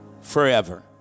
forever